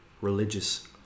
religious